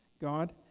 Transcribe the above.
God